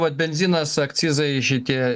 vat benzinas akcizai šitie